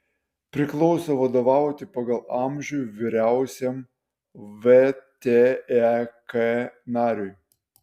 priklauso vadovauti pagal amžių vyriausiam vtek nariui